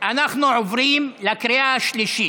אנחנו עוברים לקריאה השלישית,